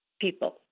people